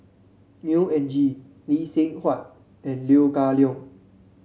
Neo Anngee Lee Seng Huat and Leo Kah Leong